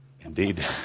Indeed